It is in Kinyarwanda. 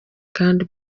kandi